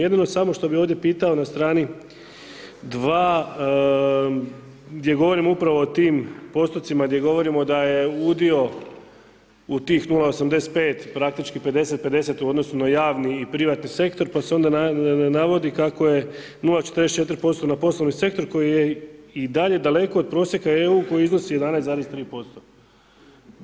Jedino samo što bi ovdje pitao na str.2 gdje govorimo upravo o tim postotcima, gdje govorimo da je udio u tih 0,85 praktički 50:50 u odnosu na javni i privatni sektor, pa se onda navodi, kako je 0,44% na poslovni sektor, koji je i dalje daleko od prosjeka EU, koji iznosi 11,3%